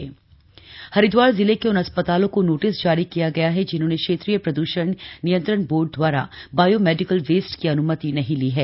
प्रदूषण विभाग की सख्ती हरिदवार जिले के उन अस्पतालों को नोटिस जारी किया गया है जिन्होंने क्षेत्रीय प्रद्षण नियंत्रण बोर्ड द्वारा बायो मेडिकल वेस्ट की अन्मति नहीं ली है